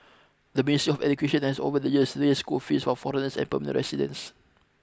the Ministry of Education has over the years raised school fees for foreigners and permanent residents